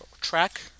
track